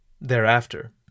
Thereafter